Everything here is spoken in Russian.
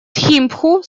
тхимпху